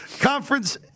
conference